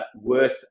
worth